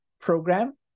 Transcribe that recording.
program